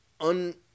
un-